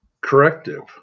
corrective